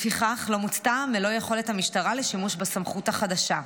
לפיכך לא מוצתה מלוא יכולת המשטרה לשימוש בסמכות החדשה.